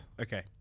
Okay